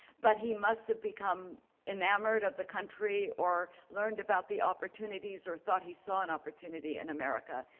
but he must have become enamored of the country or learned about the opportunities or thought he saw an opportunity in america.